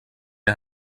der